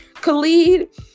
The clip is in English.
Khalid